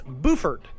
Buford